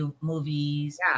movies